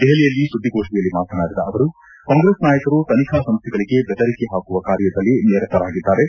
ದೆಹಲಿಯಲ್ಲಿ ಸುದ್ದಿಗೋಷ್ಠಿಯಲ್ಲಿ ಮಾತನಾಡಿದ ಅವರು ಕಾಂಗ್ರೆಸ್ ನಾಯಕರು ತನಿಖಾ ಸಂಸ್ಥೆಗಳಿಗೆ ಬೆದರಿಕೆ ಹಾಕುವ ಕಾರ್ಯದಲ್ಲಿ ನಿರತರಾಗಿದ್ದಾರೆ